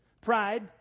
Pride